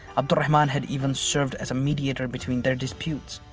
abd al-rahman had even served as mediator between their disputes.